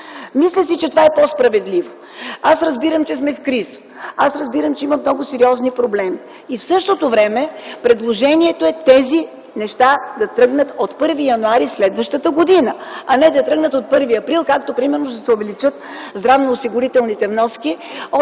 Мисля си, че това е по-справедливо. Аз разбирам, че сме в криза, разбирам, че има много сериозни проблеми. И в същото време предложението е тези неща да тръгнат от 1 януари следващата година, а не да тръгнат от 1 април, както ще се увеличат здравноосигурителните вноски